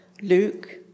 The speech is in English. Luke